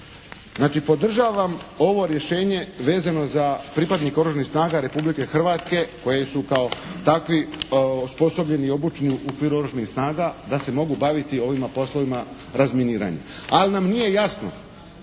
Znači podržavam ovo rješenje vezano za pripadnike oružanih snaga Republike Hrvatske koje su kao takvi osposobljeni i obučeni u okviru oružanih snaga da se mogu baviti ovima poslovima razminiranja. Ali nam nije jasno